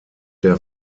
der